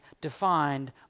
defined